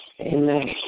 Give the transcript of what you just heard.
Amen